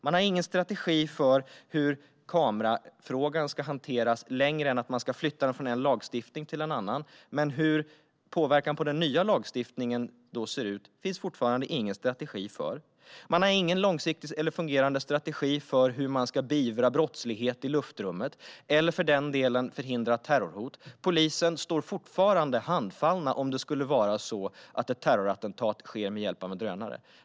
Man har ingen strategi för hur kamerafrågan ska hanteras, utöver att den ska flyttas från en lagstiftning till en annan. Men hur påverkan på den nya lagstiftningen ser ut finns det fortfarande ingen strategi för. Man har ingen fungerande strategi för hur brottslighet i luftrummet ska beivras, eller för den delen hur terrorhot förhindras. Polisen står fortfarande handfallen om ett terrorattentat skulle ske med hjälp av en drönare.